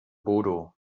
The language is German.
bodo